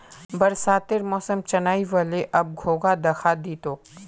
बरसातेर मौसम चनइ व ले, अब घोंघा दखा दी तोक